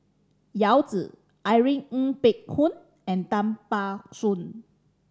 Yao Zi Irene Ng Phek Hoong and Tan Ban Soon